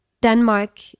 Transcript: Denmark